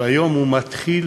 והיום הוא מתחיל